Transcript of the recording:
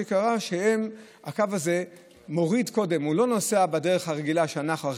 מה שקרה הוא שהקו לא נוסע בדרך הרגילה שבה אנחנו נוסעים,